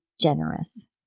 generous